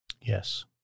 Yes